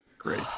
great